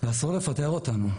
אסור לפטר אותנו.